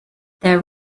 their